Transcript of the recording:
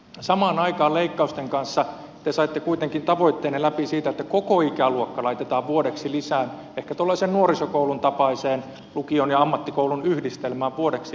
samaan aikaan leikkausten kanssa te saitte kuitenkin tavoitteenne läpi siitä että koko ikäluokka laitetaan ehkä tuollaiseen nuorisokoulun tapaiseen lukion ja ammattikoulun yhdistelmään vuodeksi lisää